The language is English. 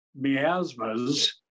miasmas